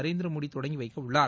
நரேந்திரமோடி தொடங்கி வைக்க உள்ளார்